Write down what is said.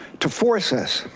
to force us,